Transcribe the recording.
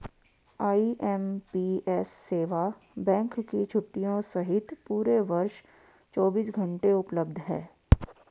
IMPS सेवा bank की छुट्टियों सहित पूरे वर्ष चौबीस घंटे उपलब्ध है